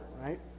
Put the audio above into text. right